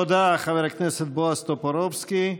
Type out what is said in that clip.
תודה, חבר הכנסת בועז טופורובסקי.